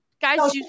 guys